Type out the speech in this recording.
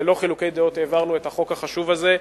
ללא חילוקי דעות העברנו את החוק החשוב הזה.